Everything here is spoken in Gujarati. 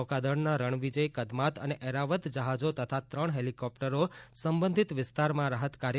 નૌકાદળના રણવિજય કદમાત અને એરાવત જહાજો તથા ત્રણ હેલીકોપ્ટરો સંબંધીત વિસ્તારમાં રાહત કાર્ય કરી રહ્યા છે